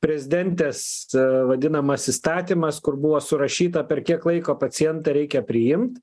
prezidentės vadinamas įstatymas kur buvo surašyta per kiek laiko pacientą reikia priimt